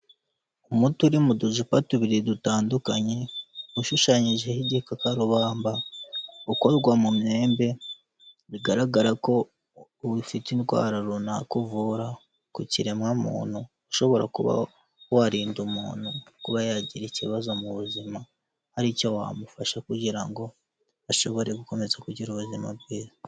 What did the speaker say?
Umuti uri mu ducupa tubiri dutandukanye, ushushanyijeho igikakarubamba, ukorwa mu myembe, bigaragara ko ufite indwara runaka uvura ku kiremwa muntu ushobora kuba warinda umuntu kuba yagira ikibazo mu buzima hari icyo wamufasha kugira ngo ashobore gukomeza kugira ubuzima bwiza.